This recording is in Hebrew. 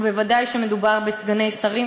ובוודאי כשמדובר בסגני שרים,